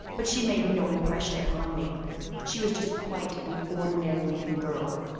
but she made no impression upon me she was just quite an ordinary-looking girl.